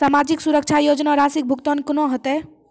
समाजिक सुरक्षा योजना राशिक भुगतान कूना हेतै?